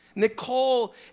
Nicole